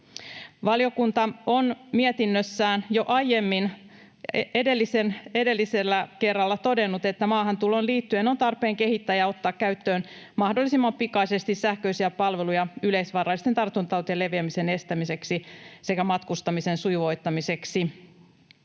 Valiokunta on mietinnössään jo aiemmin, edellisellä kerralla todennut, että maahantuloon liittyen on tarpeen kehittää ja ottaa käyttöön mahdollisimman pikaisesti sähköisiä palveluja yleisvaarallisten tartuntatautien leviämisen estämiseksi sekä matkustamisen sujuvoittamiseksi